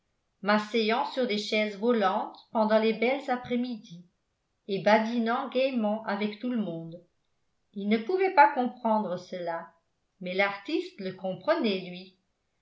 m'asseyant sur des chaises volantes pendant les belles après-midi et badinant gaîment avec tout le monde il ne pouvait pas comprendre cela mais l'artiste le comprenait lui